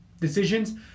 decisions